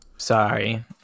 Sorry